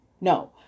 No